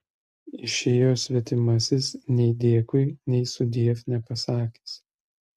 išėjo svetimasis nei dėkui nei sudiev nepasakęs